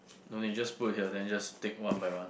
no you just put here then just take one by one